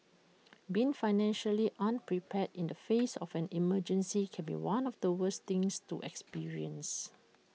being financially unprepared in the face of an emergency can be one of the worst things to experience